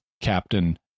Captain